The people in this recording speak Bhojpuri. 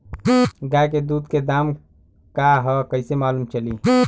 गाय के दूध के दाम का ह कइसे मालूम चली?